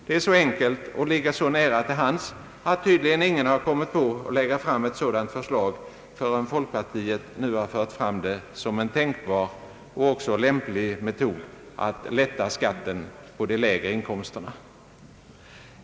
Det är så enkelt och ligger så nära till hands att ingen tycks ha kommit på idén att lägga fram ett sådant förslag förrän folkpartiet nu fört fram det som en tänkbar och även lämplig metod att lätta skatten på de lägre inkomsterna.